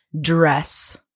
dress